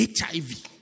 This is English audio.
HIV